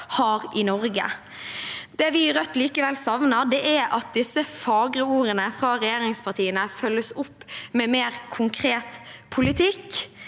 har i Norge. Det vi i Rødt likevel savner, er at disse fagre ordene fra regjeringspartiene følges opp med mer konkret politikk,